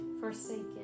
forsaken